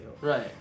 Right